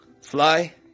Fly